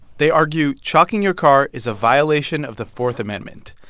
they argue chalking your car is a violation of the fourth amendment.